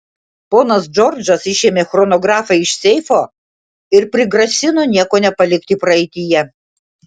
ponas džordžas išėmė chronografą iš seifo ir prigrasino nieko nepalikti praeityje